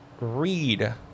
Read